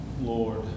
Lord